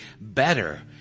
better